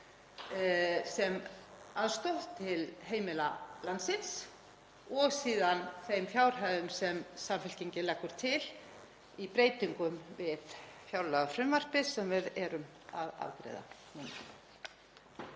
sem aðstoð til heimila landsins og síðan þeim fjárhæðum sem Samfylkingin leggur til í breytingum við fjárlagafrumvarpið sem við erum að afgreiða